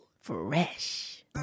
Fresh